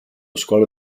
squalo